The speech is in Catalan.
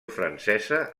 francesa